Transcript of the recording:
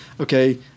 Okay